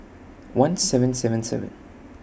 one seven seven seven